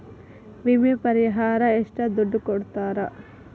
ವಿಮೆ ಪರಿಹಾರ ಎಷ್ಟ ದುಡ್ಡ ಕೊಡ್ತಾರ?